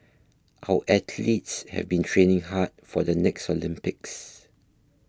our athletes have been training hard for the next Olympics